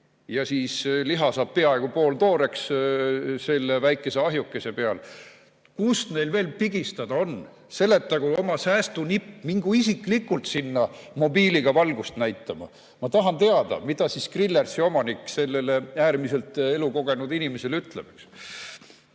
ja liha saab peaaegu pooltooreks selle väikese ahjukese peal? Kust neil veel pigistada on? Seletagu oma säästunipp, mingu isiklikult sinna mobiiliga valgust näitama! Ma tahan teada, mida siis Grillersi omanik sellele äärmiselt elukogenud inimesele ütleb.